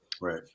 Right